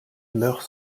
meurt